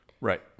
Right